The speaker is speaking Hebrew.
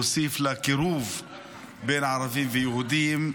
הוא הוסיף לקירוב בין ערבים ליהודים,